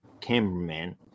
cameraman